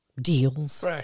deals